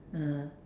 (uh huh)